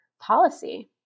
policy